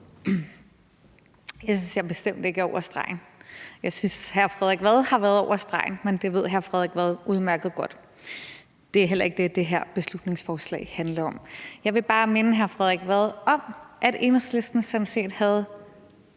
Det synes jeg bestemt ikke er over stregen. Jeg synes, at hr. Frederik Vad har været over stregen, men det ved hr. Frederik Vad udmærket godt. Det er heller ikke det, det her beslutningsforslag handler om. Jeg vil bare minde hr. Frederik Vad om, at Enhedslisten sådan set havde